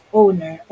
owner